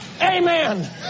Amen